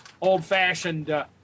old-fashioned